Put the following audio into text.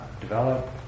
develop